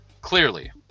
Clearly